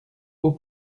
aux